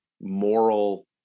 moral